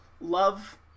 love